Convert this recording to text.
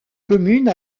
commune